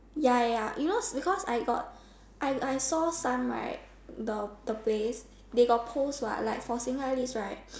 ya ya you know because I got I I saw some right the the place they got post what like for single eyelid right